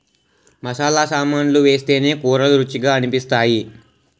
మసాలా సామాన్లు వేస్తేనే కూరలు రుచిగా అనిపిస్తాయి